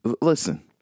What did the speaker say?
listen